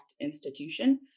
institution